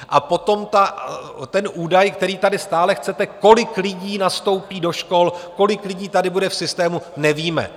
A potom ten údaj, který tady stále chcete: kolik lidí nastoupí do škol, kolik lidí tady bude v systému nevíme.